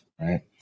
right